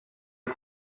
est